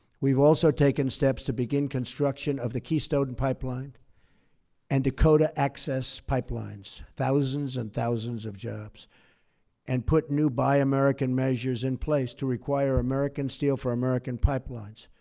we've also taken steps to begin construction of the keystone pipeline and dakota access pipelines thousands and thousands of jobs and put new buy american measures in place to require american steel for american pipelines.